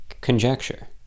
conjecture